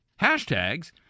Hashtags